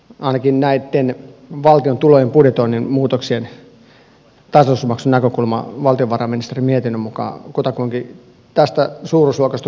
ainakin tämän valtiovarainministeriön mietinnön valtion tulojen budjetoinnin muutoksia tasoitusmaksun näkökulmasta mukaan kutakuinkin tästä suuruusluokasta on kysymys